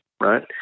right